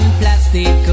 plastic